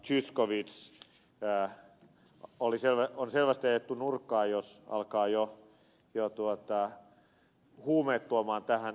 zyskowicz on selvästi ajettu nurkkaan jos aletaan jo huumeet tuoda tähän keskusteluun peliin